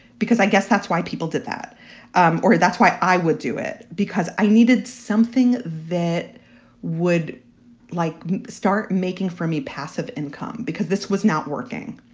because i guess that's why people did that um or that's why i would do it, because i needed something that would like start making for me passive income because this was not working.